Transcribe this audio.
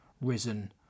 risen